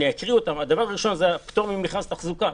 הדבר הראשון זה פטור ממכרז תחזוקה.